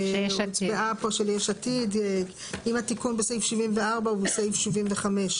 שהוצבעה פה של יש עתיד עם התיקון בסעיף 74 או בסעיף 75,